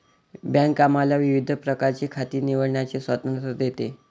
bank आम्हाला विविध प्रकारची खाती निवडण्याचे स्वातंत्र्य देते